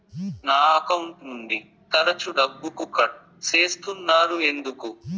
నా అకౌంట్ నుండి తరచు డబ్బుకు కట్ సేస్తున్నారు ఎందుకు